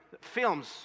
films